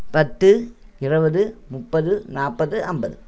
பத்து இருபது முப்பது நாற்பது ஐம்பது